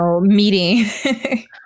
meeting